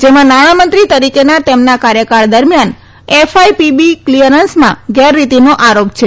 જેમાં નાણામંત્રી તરીકેના તેમના કાર્યકાળ દરમિયાન એફઆઈપીબી ક્લીયરન્સમાં ગેરરીતિનો આરોપ છે